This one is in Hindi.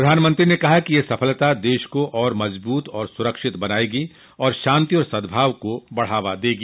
प्रधानमंत्री ने कहा कि यह सफलता देश को और मजबूत और सुरक्षित बनायेगी और शांति और सद्भाव को बढ़ावा देगी